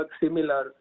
similar